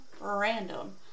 random